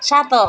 ସାତ